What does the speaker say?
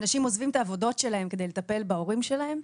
אנשים עוזבים את העבודות שלהם כדי לטפל בהורים שלהם,